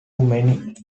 many